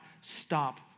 stop